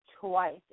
twice